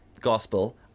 gospel